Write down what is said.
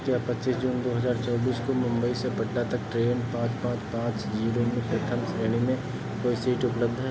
क्या पच्चीस जून दो हजार चौबीस को मुंबई से पटना तक ट्रेन पाँच पाँच पाँच जीरो में प्रथम श्रेणी में कोई सीट उपलब्ध है